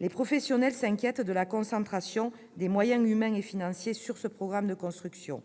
Les professionnels s'inquiètent de la concentration des moyens humains et financiers sur ce programme de construction.